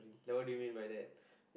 like what do you mean by that